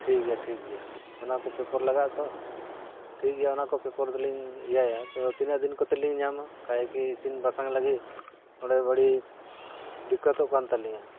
ᱴᱷᱤᱠ ᱜᱮᱭᱟ ᱴᱷᱤᱠ ᱜᱮᱭᱟ ᱚᱱᱟ ᱠᱚ ᱯᱮᱯᱚᱨ ᱞᱟᱜᱟᱜᱼᱟ ᱛᱚ ᱴᱷᱤᱠ ᱜᱮᱭᱟ ᱚᱱᱟ ᱠᱚ ᱯᱮᱯᱟᱨ ᱫᱚᱞᱤᱧ ᱤᱭᱟᱹᱭᱟ ᱛᱚ ᱛᱤᱱᱟᱹᱜ ᱫᱤᱱ ᱠᱚᱛᱮ ᱞᱤᱧ ᱧᱟᱢᱟ ᱠᱟᱭ ᱠᱤ ᱤᱥᱤᱱ ᱵᱟᱥᱟᱝ ᱞᱟᱹᱜᱤᱫ ᱢᱚᱱᱮ ᱵᱟᱹᱲᱤᱡ ᱫᱤᱠᱠᱟᱛᱚᱜ ᱠᱟᱱ ᱛᱟᱹᱞᱤᱧᱟ